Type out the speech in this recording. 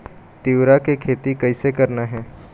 तिऊरा के खेती कइसे करना हे?